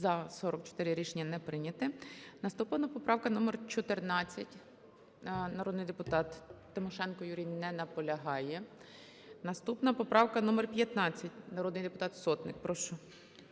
За-44 Рішення не прийнято. Наступна - поправка номер 14. Народний депутат Тимошенко Юрій не наполягає. Наступна - поправка номер 15. Народний депутат Сотник, прошу.